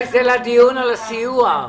זה לדיון של הסיוע.